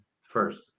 first